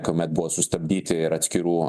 kuomet buvo sustabdyti ir atskirų